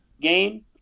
gain